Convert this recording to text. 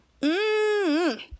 Mmm